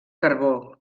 carbó